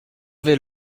vais